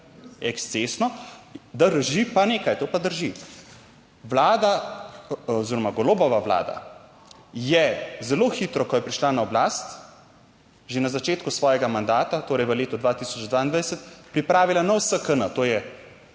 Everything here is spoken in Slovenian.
ekscesno. Drži pa nekaj. To pa drži. Vlada oziroma Golobova vlada je zelo hitro, ko je prišla na oblast, že na začetku svojega mandata, torej v letu 2022 pripravila nov SKN, to je